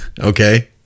Okay